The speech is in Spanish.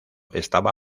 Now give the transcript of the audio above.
estaba